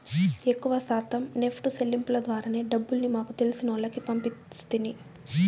ఎక్కవ శాతం నెప్టు సెల్లింపుల ద్వారానే డబ్బుల్ని మాకు తెలిసినోల్లకి పంపిస్తిని